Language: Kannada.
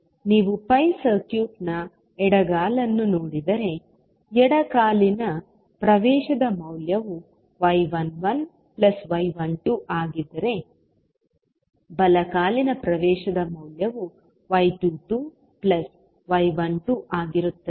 ನೀವು pi ಸರ್ಕ್ಯೂಟ್ನ ಎಡಗಾಲನ್ನು ನೋಡಿದರೆ ಎಡ ಕಾಲಿನ ಪ್ರವೇಶದ ಮೌಲ್ಯವು y11y12 ಆಗಿದ್ದರೆ ಬಲ ಕಾಲಿನ ಪ್ರವೇಶದ ಮೌಲ್ಯವು y22y12 ಆಗಿರುತ್ತದೆ